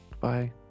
bye